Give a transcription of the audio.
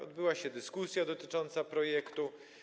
Odbyła się dyskusja dotycząca projektu.